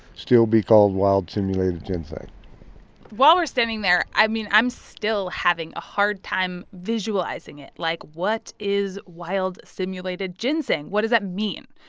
still be called wild simulated ginseng while we're standing there i mean, i'm still having a hard time visualizing it like what is wild simulated ginseng? what does that mean?